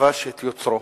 כבש את יוצרו